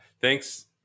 Thanks